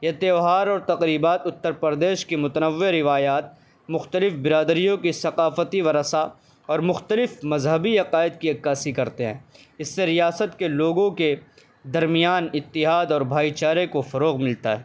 یہ تہوار اور تقریبات اتر پردیش کی متنوع روایات مختلف برادریوں کی ثقافتی ورثہ اور مختلف مذہبی عقائد کی عکاسی کرتے ہیں اس سے ریاست کے لوگوں کے درمیان اتحاد اور بھائی چارے کو فروغ ملتا ہے